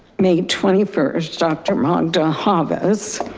may twenty first, dr. magda havas.